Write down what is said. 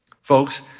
folks